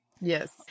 yes